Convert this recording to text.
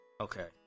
Okay